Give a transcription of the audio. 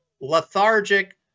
lethargic